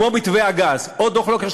כמו מתווה הגז ודוח לוקר,